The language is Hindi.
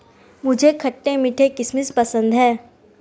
मुझे खट्टे मीठे किशमिश पसंद हैं